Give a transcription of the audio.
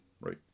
right